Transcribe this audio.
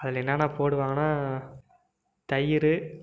அதில் என்னான்ன போடுவாங்கனால் தயிர்